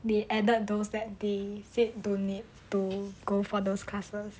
they added those that they said don't need to go for those classes